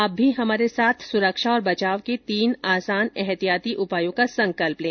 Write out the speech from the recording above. आप भी हमारे साथ सुरक्षा और बचाव के तीन आसान एहतियाती उपायों का संकल्प लें